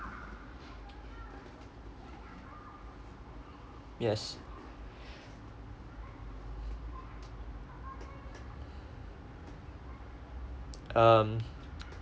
yes um